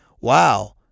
wow